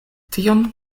tion